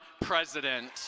president